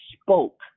spoke